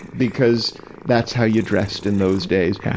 because that's how you dressed in those days. yeah